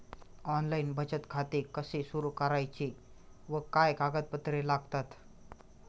Online बचत खाते कसे सुरू करायचे व काय कागदपत्रे लागतात?